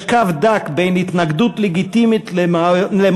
יש קו דק בין התנגדות לגיטימית למיוריזציה,